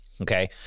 Okay